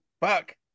fuck